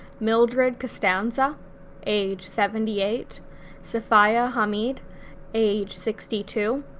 mildred costanza age seventy eight sefiah hamid age sixty two,